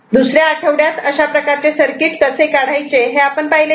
दुसऱ्या आठवड्यात अशा प्रकारचे सर्किट कसे काढायचे हे आपण पाहिलेच आहे